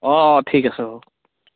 অ ঠিক আছে হ'ব